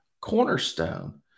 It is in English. cornerstone